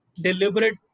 deliberate